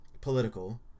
political